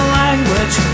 language